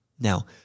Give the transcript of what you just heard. Now